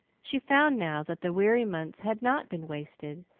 she found now that the weary months had not been wasted,